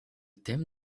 thème